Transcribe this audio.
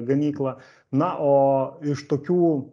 gamyklą na o iš tokių